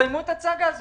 סיימו את הסאגה הזאת.